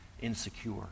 insecure